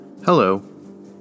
Hello